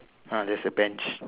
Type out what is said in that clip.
ya there's a bench